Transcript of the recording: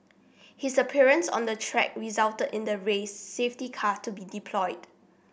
his appearance on the track resulted in the race safety car to be deployed